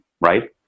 right